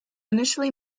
initially